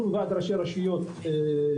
אנחנו ועד ראשי רשויות דרשנו,